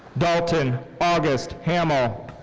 dalton august hammel.